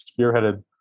spearheaded